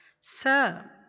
Sir